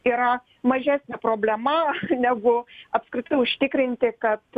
yra mažesnė problema negu apskritai užtikrinti kad